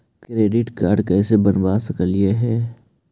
Credit card कैसे बनबा सकली हे?